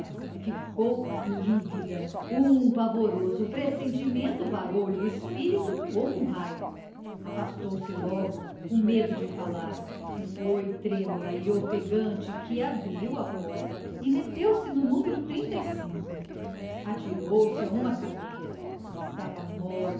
ficou lívida um pavoroso pressentimento varou lhe o espírito como um raio afastou-se logo com medo de falar e foi trêmula e ofegante que abriu a porta e meteu-se no numero tinta e cinco atirou-se a uma cadeira estava